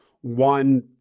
one